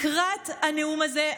לקראת הנאום הזה,